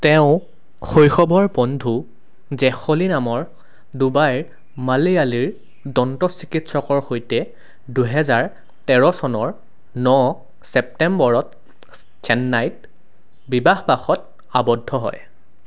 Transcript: তেওঁ শৈশৱৰ বন্ধু জেশলী নামৰ ডুবাইৰ মালয়ালিৰ দন্ত চিকিৎসকৰ সৈতে দুহেজাৰ তেৰ চনৰ ন ছেপ্টেম্বৰত চেন্নাইত বিবাহপাশত আবদ্ধ হয়